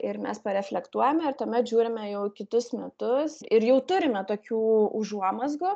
ir mes reflektuojame ir tuomet žiūrime į kitus mitus ir jau turime tokių užuomazgų